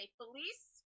police